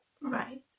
Right